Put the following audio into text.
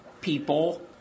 people